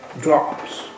drops